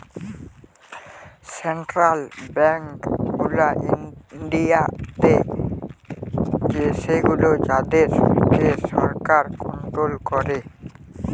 central bank গুলা ইন্ডিয়াতে সেগুলো যাদের কে সরকার কন্ট্রোল করে